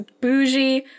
bougie